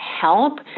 help